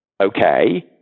Okay